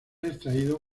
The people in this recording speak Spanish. extraído